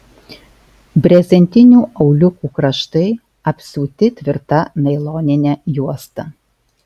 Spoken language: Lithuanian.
brezentinių auliukų kraštai apsiūti tvirta nailonine juosta